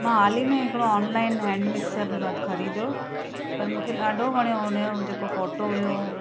मां हाली में हिकिड़ो ऑनलाइन हैंड मिक्सर ख़रीदो पर मूंखे ॾाढो वणियो हुन जो जेको उहो फोटो हुओ